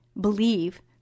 believe